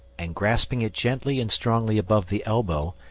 and, grasping it gently and strongly above the elbow,